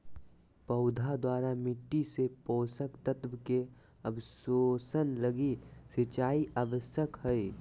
पौधा द्वारा मिट्टी से पोषक तत्व के अवशोषण लगी सिंचाई आवश्यक हइ